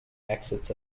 exits